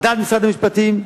על דעת משרד המשפטים,